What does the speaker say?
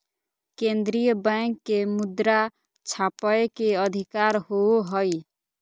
केन्द्रीय बैंक के मुद्रा छापय के अधिकार होवो हइ